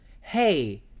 hey